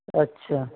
ਅੱਛਾ